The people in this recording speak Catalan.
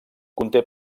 conté